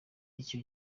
icyo